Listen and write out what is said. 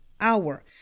hour